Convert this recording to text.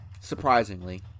surprisingly